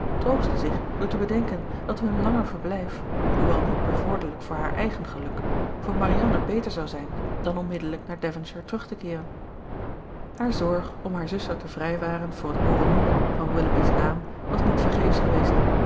troostte zich door te bedenken dat hun langer verblijf hoewel niet bevorderlijk voor haar eigen geluk voor marianne beter zou zijn dan onmiddellijk naar devonshire terug te keeren haar zorg om haar zuster te vrijwaren voor het hooren noemen van willoughby's naam was niet vergeefsch geweest